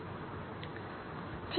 मैं ले सकता हूं